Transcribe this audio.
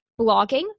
blogging